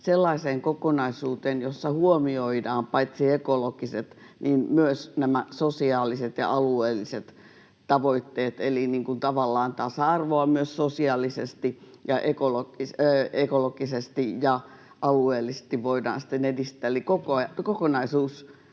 sellaiseen kokonaisuuteen, jossa huomioidaan paitsi ekologiset niin myös nämä sosiaaliset ja alueelliset tavoitteet, eli tavallaan tasa-arvoa myös sosiaalisesti ja ekologisesti ja alueellisesti voidaan sitten edistää. Eli kokonaisuus